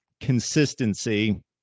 consistency